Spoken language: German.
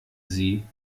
sie